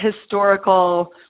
historical